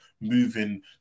moving